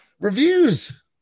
Reviews